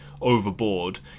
overboard